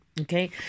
Okay